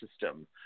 system